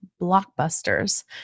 blockbusters